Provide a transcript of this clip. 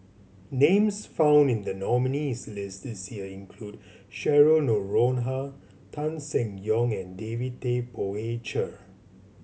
names found in the nominees' list this year include Cheryl Noronha Tan Seng Yong and David Tay Poey Cher